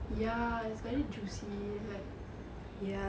ya it's very juicy like